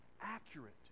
accurate